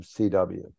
CW